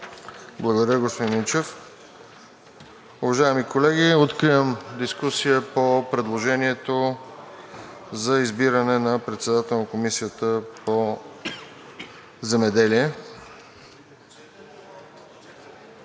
Благодаря, господин Минчев. Уважаеми колеги, откривам дискусия по предложението за избиране на председател на Комисията по земеделие.